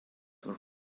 were